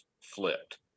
flipped